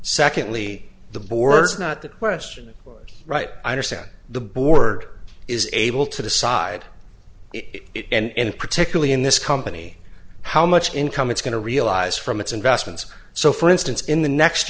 secondly the board's not the question right i understand the board is able to decide it and particularly in this company how much income it's going to realize from its investments so for instance in the next